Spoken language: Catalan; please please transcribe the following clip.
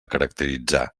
caracteritzar